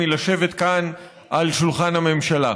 מלשבת כאן אל שולחן הממשלה.